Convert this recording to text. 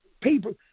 people